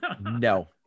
No